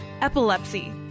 epilepsy